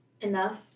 enough